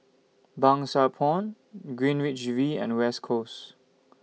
Pang Sua Pond Greenwich V and West Coast